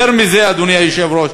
יותר מזה, אדוני היושב-ראש,